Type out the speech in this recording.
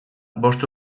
bost